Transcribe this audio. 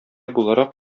буларак